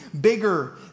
bigger